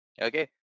okay